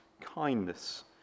kindness